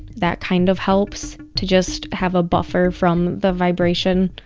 that kind of helps to just have a buffer from the vibration.